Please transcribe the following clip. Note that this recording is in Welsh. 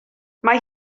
mae